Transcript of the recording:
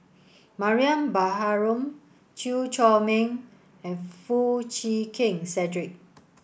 Mariam Baharom Chew Chor Meng and Foo Chee Keng Cedric